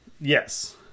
Yes